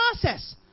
process